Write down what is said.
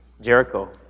Jericho